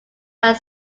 that